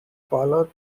follow